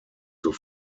zur